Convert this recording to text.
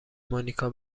مانیکا